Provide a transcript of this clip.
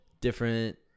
different